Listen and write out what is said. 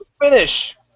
finish